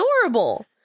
adorable